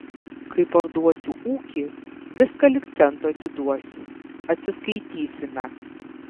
kai parduosiu ūkį viską lyg cento atiduosiu atsiskaitysime